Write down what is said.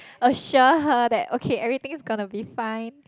assure her that okay everything's gonna be fine